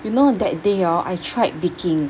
you know that day hor I tried baking